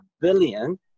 billion